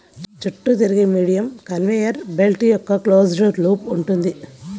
చుట్టూ తిరిగే medium conveyor belt యొక్క క్లోజ్డ్ లూప్ ఉంటుంది